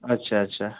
अच्छा अच्छा